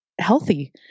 healthy